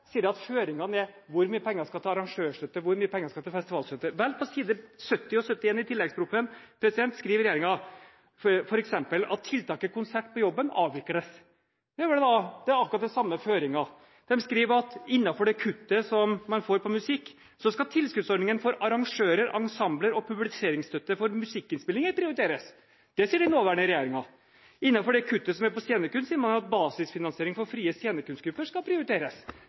sier man at føringene er hvor mye penger som skal til arrangørstøtte, hvor mye penger som skal til festivalstøtte. Vel, på side 70 i tilleggsproposisjonen skriver regjeringen f.eks. at tiltaket Konsert på jobben avvikles. Det er vel akkurat den samme føringen. De skriver at innenfor kuttet til musikk skal tilskuddsordningen for «arrangører, ensembler og publiseringsstøtten for musikkinnspillinger» prioriteres. Det sier den nåværende regjeringen. Innenfor kuttet til scenekunst sier man at «basisfinansieringen for frie scenekunstgrupper» skal prioriteres.